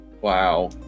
Wow